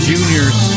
Juniors